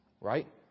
right